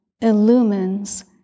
illumines